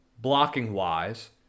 blocking-wise